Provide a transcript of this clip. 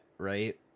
right